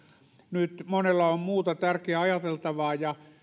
nyt monella on muuta tärkeää ajateltavaa ja